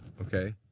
okay